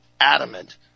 adamant